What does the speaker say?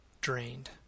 drained